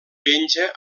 penja